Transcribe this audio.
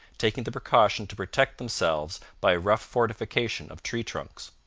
taking the precaution to protect themselves by a rough fortification of tree trunks.